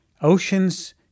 oceans